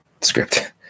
script